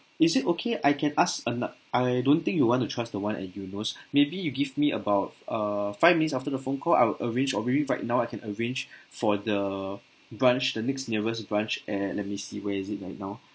is it okay I can ask or not I don't think you want to trust the one at eunos maybe you give me about err five minutes after the phone call I will arrange or maybe right now I can arrange for the branch the next nearest branch eh let me see where is it right now